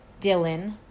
Dylan